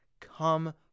come